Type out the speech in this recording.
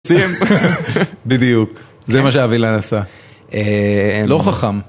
בדיוק. זה מה שאבי לן עשה. לא חכם.